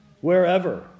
Wherever